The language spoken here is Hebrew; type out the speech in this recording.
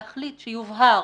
להחליט שיובהר